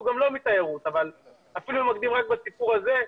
לא מתיירות אבל אם מתמקדים בסיפור הזה,